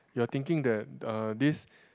you're thinking the uh this